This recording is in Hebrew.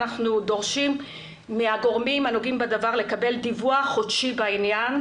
אנחנו דורשים מהגורמים הנוגעים בדבר לקבל דיווח חודשי בעניין,